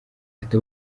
ati